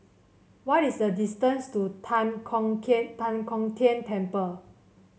what is the distance to Tan Kong Tan Kong Tian Temple